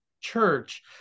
church